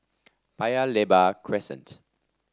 Paya Lebar Crescent